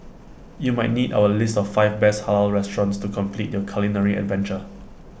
you might need our list of five best Halal restaurants to complete your culinary adventure